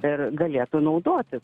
ir galėtų naudotis